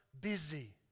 busy